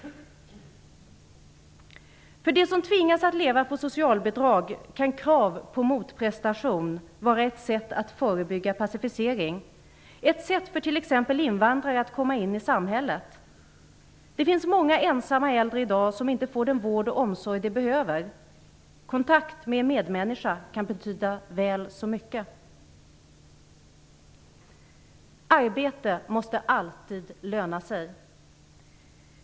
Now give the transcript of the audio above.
För dem som tvingas leva på socialbidrag kan krav på motprestation vara ett sätt att förebygga passivisering, ett sätt för t.ex. invandrare att komma in i samhället. Det finns många ensamma äldre i dag som inte får den vård och omsorg som de behöver. Kontakt med en medmänniska kan betyda väl så mycket. Arbete måste alltid löna sig.